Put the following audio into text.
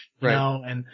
right